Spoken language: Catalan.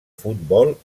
futbol